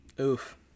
Oof